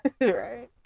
Right